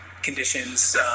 conditions